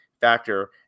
factor